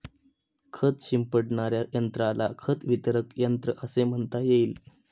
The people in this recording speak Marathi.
खत शिंपडणाऱ्या यंत्राला खत वितरक यंत्र असेही म्हणता येईल